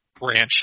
branch